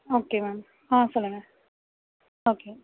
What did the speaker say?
okay ma'am ஆ சொல்லுங்கள் okay